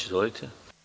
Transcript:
Izvolite.